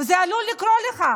וזה עלול לקרות לך.